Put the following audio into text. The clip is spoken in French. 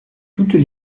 toutes